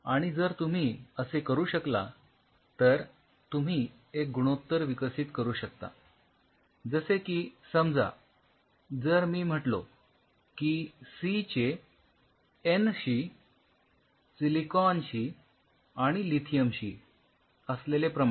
आणि जर तुम्ही असे करू शकला तर तुम्ही एक गुणोत्तर विकसित करू शकता जसे की समजा जर मी म्हटलो की सी चे एन शी सिलिकॉन शी आणि लिथियम शी असलेले प्रमाण